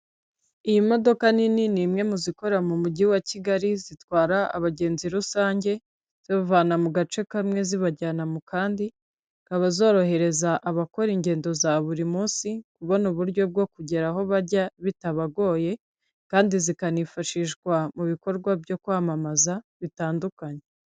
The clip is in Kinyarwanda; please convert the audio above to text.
Iyi modoka nini ni imwe mu zikora mu mujyi wa kigali zitwara abagenzi rusange zibavana mu gace kamwe zibajyana mu kandi, zikaba zorohereza abakora ingendo za buri munsi kubona uburyo bwo kugera aho bajya bitabagoye, kandi zikanifashishwa mu bikorwa byo kwamamaza bitandukanye.